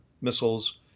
missiles